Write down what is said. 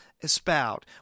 espoused